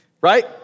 right